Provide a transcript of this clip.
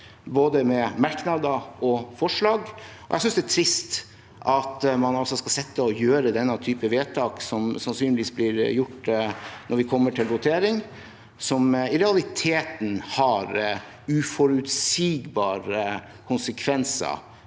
både merknader og forslag. Jeg synes det er trist at man skal sitte og gjøre denne typen vedtak – som sannsynligvis blir gjort når vi kommer til votering – som i realiteten har uforutsigbare konsekvenser.